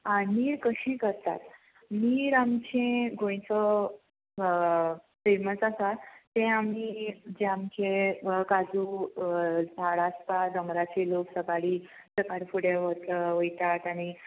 आं नीर कशी करतात नीर आमचें गोंयचो फेमस आसा ते आमी जे आमचे काजू झाड आसता दोंगराचे लोक सकाळी सकाळी फुडें वच वयतात आनी